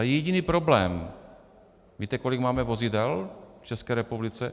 Jediný problém víte, kolik máme vozidel v České republice?